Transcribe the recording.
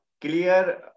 clear